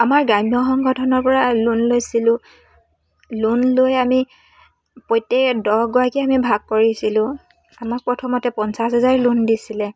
আমাৰ গ্ৰাম্য সংগঠনৰপৰা লোন লৈছিলোঁ লোন লৈ আমি প্ৰত্যেক দহগৰাকীয়ে আমি ভাগ কৰিছিলোঁ আমাক প্ৰথমতে পঞ্চাছ হাজাৰ লোন দিছিলে